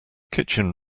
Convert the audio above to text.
kitchen